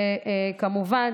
וכמובן